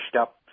up